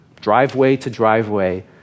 driveway-to-driveway